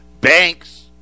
Banks